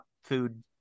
food